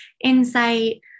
insight